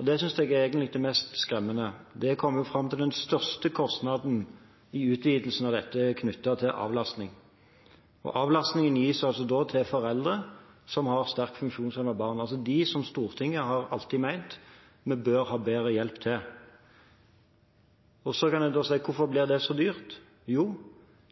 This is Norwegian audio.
og det synes jeg egentlig er det mest skremmende – som er kommet fram, er at den største kostnaden i utvidelsen av dette er knyttet til avlastning. Avlastning gis til foreldre som har sterkt funksjonshemmede barn – de som Stortinget alltid har ment bør ha bedre hjelp. Så kan en spørre: Hvorfor blir det så dyrt? Jo,